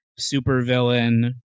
supervillain